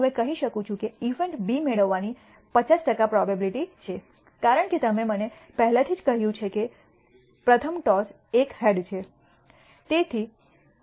હું હવે કહી શકું છું કે ઇવેન્ટ B મેળવવાની 50 ટકા પ્રોબેબીલીટી છે કારણ કે તમે મને પહેલેથી જ કહ્યું છે કે પ્રથમટોસ એક હેડ છે